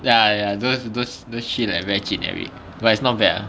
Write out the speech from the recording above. ya ya those those those shit like very generic but it's not bad lah